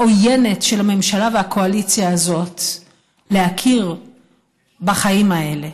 העוינת של הממשלה והקואליציה הזאת להכיר בחיים האלה,